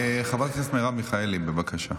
חברת הכנסת מרב מיכאלי, בבקשה.